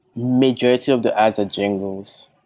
majority of the ads are jingles.